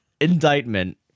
indictment